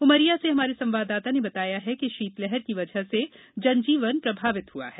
उमरिया से हमारे संवाददाता ने बताया है कि शीतलहर की बजह से जनजीवन प्रभावित हुआ है